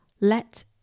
let